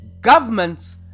Governments